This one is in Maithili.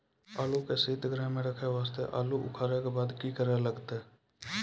आलू के सीतगृह मे रखे वास्ते आलू उखारे के बाद की करे लगतै?